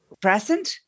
present